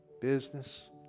business